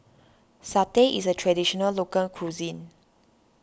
Satay is a Traditional Local Cuisine